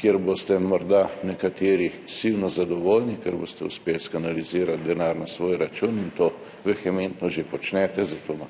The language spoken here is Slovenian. kjer boste morda nekateri silno zadovoljni, ker boste uspeli kanalizirati denar na svoj račun, in to vehementno že počnete. Zato ima,